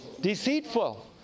deceitful